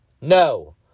No